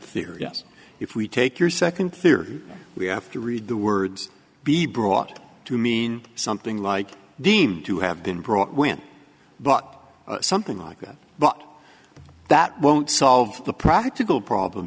yes if we take your second theory we have to read the words be brought to mean something like deemed to have been brought when but something like that but that won't solve the practical problem